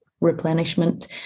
replenishment